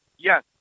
Yes